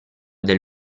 del